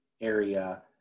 area